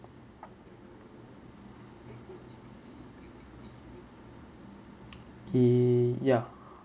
uh ya